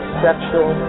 sexual